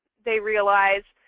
they realize,